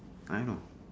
I know